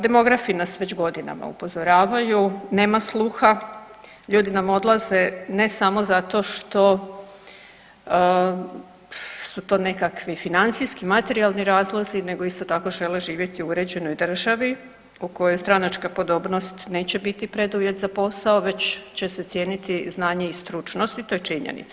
Demografi nas već godinama upozoravaju, nema sluha, ljudi nam odlaze ne samo zato što su to nekakvi financijski, materijalni razlozi, nego isto tako, žele živjeti u uređenoj državi u kojoj stranačka podobnost neće biti preduvjet za posao već će se cijeniti znanje i stručnost i to je činjenica.